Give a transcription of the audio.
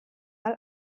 mal